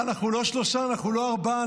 אנחנו לא שלושה ואנחנו לא ארבעה,